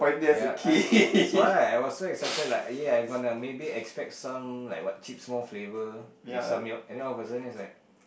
ya I that's why I was so excited like ya I gonna maybe expect some like what chipsmore flavor with some milk and then all of a sudden it's like